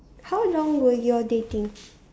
how long were you all dating